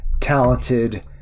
talented